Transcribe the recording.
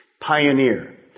pioneer